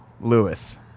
Lewis